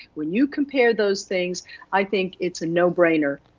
when you compare those things i think it's a no-brainer,